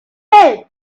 help